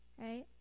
right